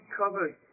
covered